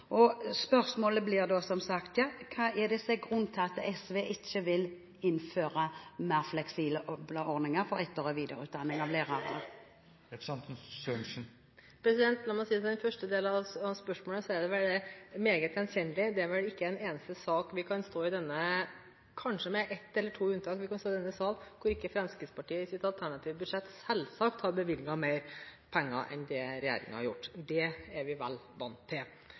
Spørsmålet blir da som sagt: Hva er det som er grunnen til at SV ikke vil innføre mer fleksible ordninger for etter- og videreutdanning av lærere? La meg til den første delen av spørsmålet si at det er meget gjenkjennelig. Det er vel ikke en eneste sak – kanskje med ett eller to unntak – vi kan stå i denne sal og debattere hvor ikke Fremskrittspartiet i sitt alternative budsjett selvsagt har bevilget mer penger enn det regjeringen har gjort. Det er vi vel vant til.